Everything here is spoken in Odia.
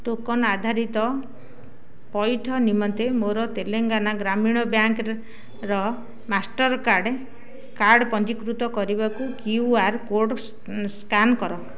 ଟୋକନ୍ ଆଧାରିତ ପଇଠ ନିମନ୍ତେ ମୋର ତେଲେଙ୍ଗାନା ଗ୍ରାମୀଣ ବ୍ୟାଙ୍କର ମାଷ୍ଟର୍କାର୍ଡ଼ କାର୍ଡ଼ ପଞ୍ଜୀକୃତ କରିବାକୁ କ୍ୟୁ ଆର୍ ସ୍କାନ୍ କର